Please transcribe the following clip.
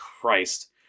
Christ